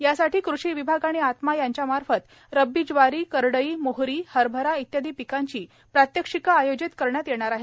यासाठी कृषी विभाग आणि आत्मा यांच्या मार्फत रब्बी ज्वारी करडई मोहरी हरभरा इत्यादी पिकांची प्रात्यक्षिके आयोजित करण्यात येणार आहेत